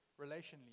relationally